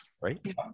right